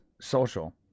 Social